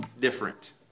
different